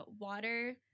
water